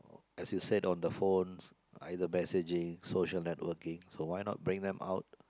as you said on the phones either messaging or social networking so why not bring them out